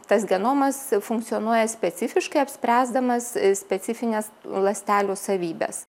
tas genomas funkcionuoja specifiškai apspręsdamas specifines ląstelių savybes